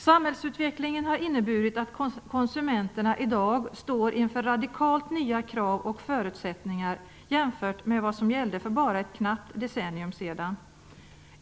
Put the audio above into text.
Samhällsutvecklingen har inneburit att konsumenterna i dag står inför radikalt nya krav och förutsättningar jämfört med vad som gällde för bara ett knappt decennium sedan.